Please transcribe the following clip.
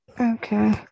Okay